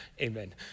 Amen